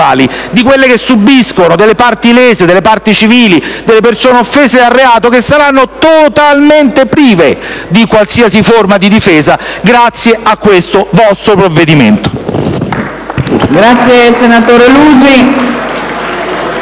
di quelle che subiscono, delle parti lese, delle parti civili, delle persone offese dal reato, che saranno totalmente prive di qualsiasi forma di difesa grazie a questo vostro provvedimento. *(Applausi